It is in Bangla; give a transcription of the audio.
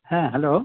হ্যাঁ হ্যালো